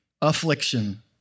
affliction